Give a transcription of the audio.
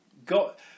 got